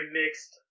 mixed